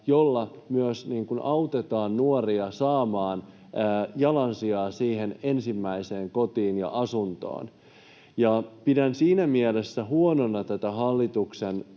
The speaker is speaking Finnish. jolla myös autetaan nuoria saamaan jalansijaa siihen ensimmäiseen kotiin ja asuntoon. Pidän siinä mielessä huonona tätä hallituksen